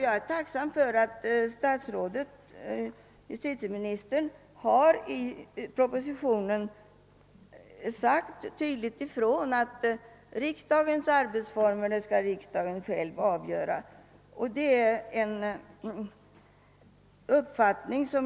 Jag är tacksam för att justiteministern .i propositionen klart framhållit, att riksdagen själv skall bestämma om sina arbetsformer.